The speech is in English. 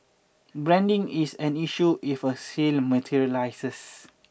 branding is an issue if a sale materialises